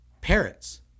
parrots